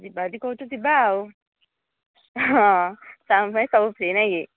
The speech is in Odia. ଯିବା ଯଦି କହୁଛୁ ଯିବା ଆଉ ହଁ ତୁମ ପାଇଁ ସବୁ ଫ୍ରି ନାହିଁ କି